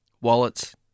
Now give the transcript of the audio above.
wallets